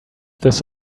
this